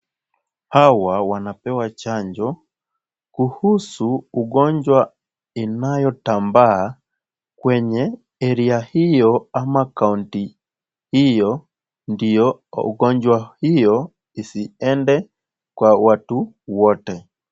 Hawa wanapewa chanjo kuhusu ugonjwa inayo tambaa kwenye area hiyo ama kaunti hiyo, ndio ugonjwa hiyo isiende kwa watu wote.